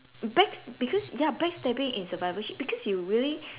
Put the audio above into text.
back~ because ya backstabbing is survivorship because you really